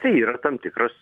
tai yra tam tikras